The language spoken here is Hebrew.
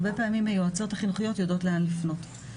הרבה פעמים היועצות החינוכיות יודעות לאן לפנות.